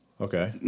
Okay